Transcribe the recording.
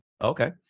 Okay